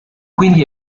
quindi